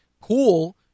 cool